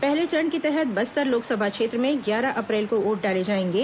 पहले चरण के तहत बस्तर लोकसभा क्षेत्र में ग्यारह अप्रैल को वोट डाले जाएंगे